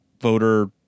voter